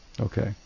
okay